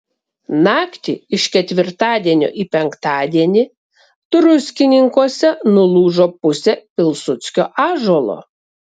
naktį iš ketvirtadienio į penktadienį druskininkuose nulūžo pusė pilsudskio ąžuolo